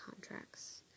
contracts